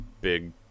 big